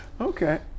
Okay